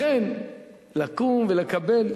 לכן לקום ולקבל,